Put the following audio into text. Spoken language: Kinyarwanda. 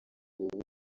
ubu